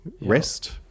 REST